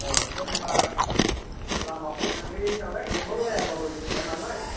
औ नों मा लामाखौ थांफेरै नालाय सोंहरलायाबाबो मिथिया नालाय